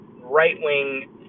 right-wing